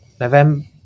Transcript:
November